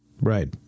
Right